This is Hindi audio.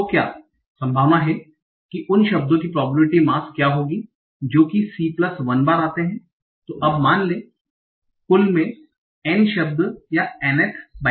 तो क्या संभावना है कि उन शब्दों की probability mass क्या होगी जो कि c प्लस 1 बार आते है तो अब मान लें कि कुल में N शब्द या nth बाइग्राम्स हैं